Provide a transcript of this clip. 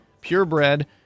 purebred